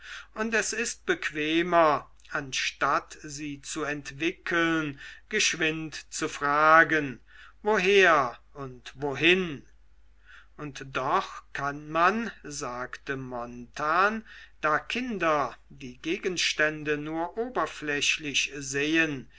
und es ist bequemer anstatt sie zu entwickeln geschwind zu fragen woher und wohin und doch kann man sagte jarno da kinder die gegenstände nur oberflächlich sehen